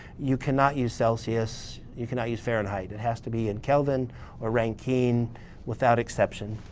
you cannot use celsius you cannot use fahrenheit. it has to be in kelvin or rankine without exception.